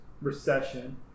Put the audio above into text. recession